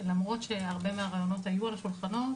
למרות שהרבה מהרעיונות היו על השולחנות,